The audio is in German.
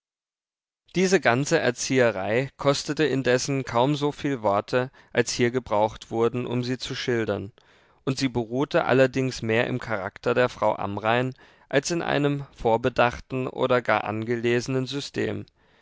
diese ganze erzieherei kostete indessen kaum soviel worte als hier gebraucht wurden um sie zu schildern und sie beruhte allerdings mehr im charakter der frau amrain als in einem vorbedachten oder gar angelesenen system